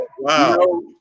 Wow